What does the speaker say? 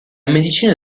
medicina